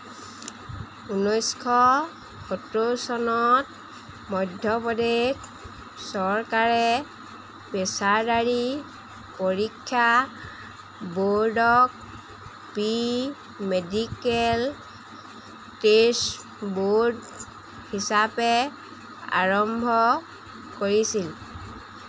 ঊনৈছশ সত্তৰ চনত মধ্যপ্ৰদেশ চৰকাৰে পেছাদাৰী পৰীক্ষা ব'ৰ্ডক প্ৰি মেডিকেল টেষ্ট ব'ৰ্ড হিচাপে আৰম্ভ কৰিছিল